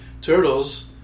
Turtles